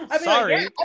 sorry